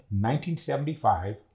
1975